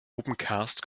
opencast